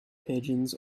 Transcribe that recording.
pigeons